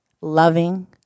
loving